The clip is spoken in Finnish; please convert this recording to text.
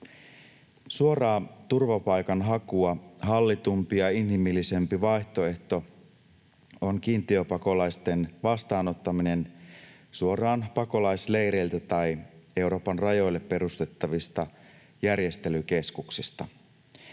Suoraa turvapaikanhakua hallitumpi ja inhimillisempi vaihtoehto on kiintiöpakolaisten vastaanottaminen suoraan pakolaisleireiltä tai Euroopan rajoille perustettavista järjestelykeskuksista.